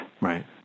Right